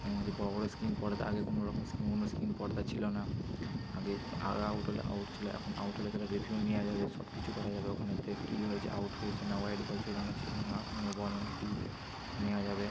এখানে যে বড় বড় স্ক্রীন পর্দা আগে কোনোরকম স্ক্রীন বা স্ক্রীন পর্দা ছিল না আগে আউট হলে আউট ছিল এখন আউট হলে সেটা রিভিউ নেওয়া যাবে সবকিছু করা যাবে ওখানেতে কী হয়েছে আউট হয়েছে না ওয়াইড বল ছিল না ছিল না নো বল না কি নেওয়া যাবে